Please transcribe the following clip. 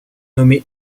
nommé